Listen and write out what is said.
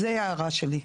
זו ההערה שלי.